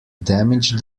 damage